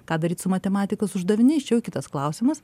ką daryt su matematikos uždaviniais čia jau kitas klausimas